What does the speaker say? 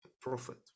prophet